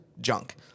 junk